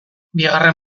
bigarren